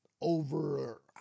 over